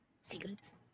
secrets